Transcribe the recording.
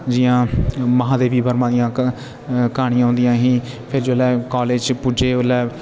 जियां महा देवी वर्मा दियां कहानियां होन्दिया ही फेर जोले कॉलेज च पुज्जे ओह्ले